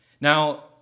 Now